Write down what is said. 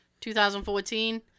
2014